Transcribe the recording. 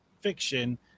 fiction